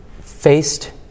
faced